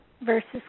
versus